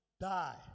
Die